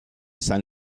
san